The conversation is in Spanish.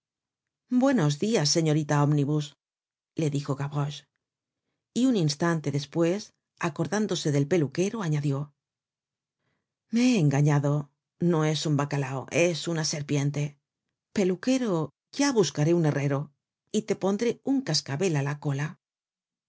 buenos dias señorita omnibus le dijo gavroche y un instante despues acordándose del peluquero añadió me he engañado no es un bacalao es una serpiente peluquero ya buscaré un herrero y te pondré un cascabel á la cola